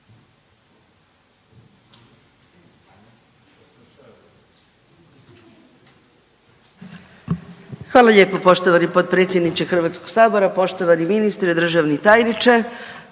Hvala lijepo poštovani potpredsjedniče Hrvatskog sabora, poštovani ministre. Ja uvijek